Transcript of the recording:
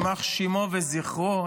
יימח שמו וזכרו,